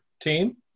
team